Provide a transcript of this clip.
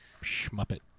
muppet